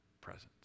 presence